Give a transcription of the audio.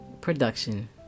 production